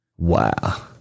Wow